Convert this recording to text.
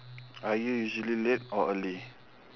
are you usually late or early